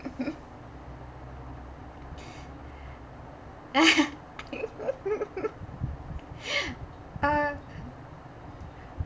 uh